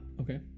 Okay